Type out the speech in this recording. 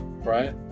right